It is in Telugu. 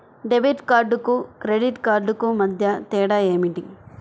డెబిట్ కార్డుకు క్రెడిట్ క్రెడిట్ కార్డుకు మధ్య తేడా ఏమిటీ?